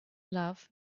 love